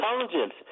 intelligence